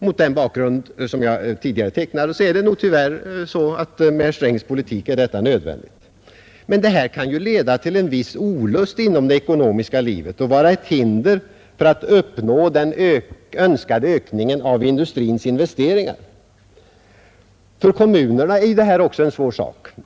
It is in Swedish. Mot den bakgrund som jag tidigare har tecknat är detta tyvärr nödvändigt med herr Strängs politik. Men det kan leda till en viss olust inom det ekonomiska livet och vara till hinder när det gäller att uppnå den önskade ökningen av industrins investeringar. Även för kommunerna är detta en svår sak.